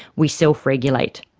we self-regulate.